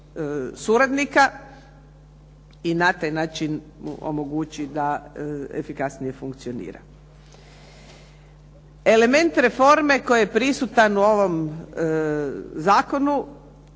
i na taj način omogućiti da efikasnije funkcionira. Element reforme koji je prisutan u ovom zakonu